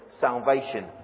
salvation